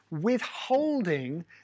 withholding